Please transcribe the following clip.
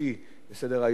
השלישי שעל סדר-היום.